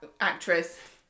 actress